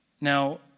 Now